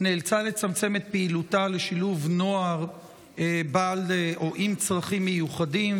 נאלצה לצמצם את פעילותה לשילוב נוער עם צרכים מיוחדים,